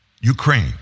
Ukraine